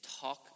talk